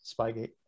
Spygate